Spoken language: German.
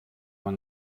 man